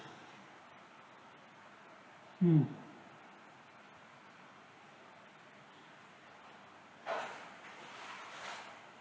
mm